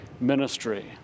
ministry